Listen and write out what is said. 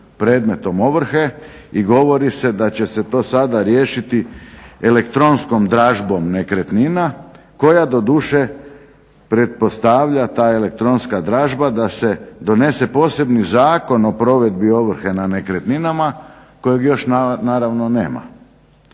predmetom ovrhe i govori se da će se to sada riješiti elektronskom dražbom nekretnina koja doduše pretpostavlja ta elektronska dražba da se donese posebni Zakon o provedbi ovrhe na nekretninama kojeg još naravno nema.